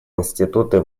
институты